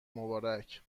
مبارک